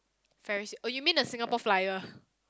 ferris oh you mean the Singapore-Flyer